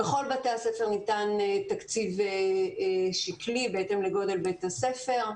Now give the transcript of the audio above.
בכל בתי הספר ניתן תקציב שקלי בהתאם לגודל בית הספר.